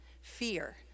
Fear